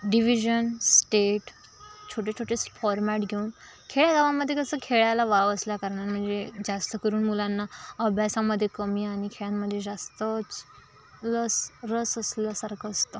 division state छोटे छोटेच format घेऊन खेडेगावामध्ये कसं खेळाला वाव असल्याकारणानं म्हणजे जास्त करून मुलांना अभ्यासामध्ये कमी आणि खेळामध्ये जास्तच लस रस असल्यासारखं असतं